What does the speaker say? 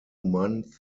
months